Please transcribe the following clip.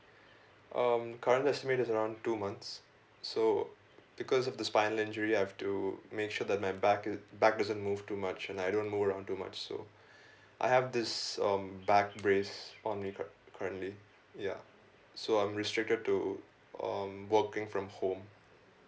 um current estimate is around two months so because of the spinal injury I have to make sure that my back it back doesn't move too much and I don't go around too much so I have this um back brace on me cu~ currently ya so I'm restricted to um working from home